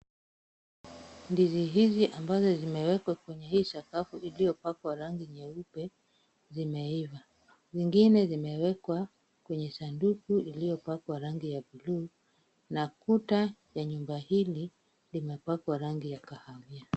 Ndizi hizi zilizowekwa kwenye sakafu iliyopakwa rangi nyeupe zimeiva na zingine zimewekwa kwenye sanduku iliyopakwa rangi ya buluu na kuta ya nyumba hii imepakwa rangi ya kahawia.